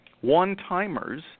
One-timers